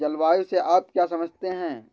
जलवायु से आप क्या समझते हैं?